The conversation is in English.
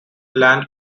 land